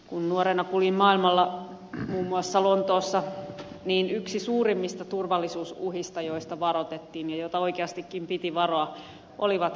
kun nuorena kuljin maailmalla muun muassa lontoossa niin yksi suurimmista turvallisuusuhista joista varoitettiin ja joita oikeastikin piti varoa olivat kerjäläiset